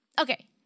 okay